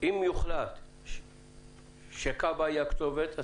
אם יוחלט שכב"א היא הכתובת,